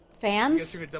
Fans